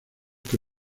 que